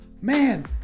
Man